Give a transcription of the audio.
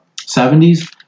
70s